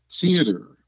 theater